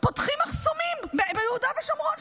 פותחים מחסומים ביהודה ושומרון,